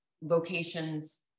locations